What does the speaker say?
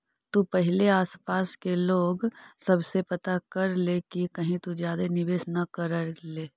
तु पहिले आसपास के लोग सब से पता कर ले कि कहीं तु ज्यादे निवेश न कर ले